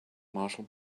marshall